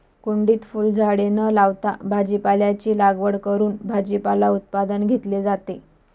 कुंडीत फुलझाडे न लावता भाजीपाल्याची लागवड करून भाजीपाला उत्पादन घेतले जाते